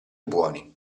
buoni